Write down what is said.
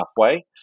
halfway